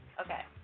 Okay